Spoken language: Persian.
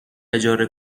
اجاره